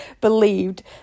believed